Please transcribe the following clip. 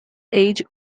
age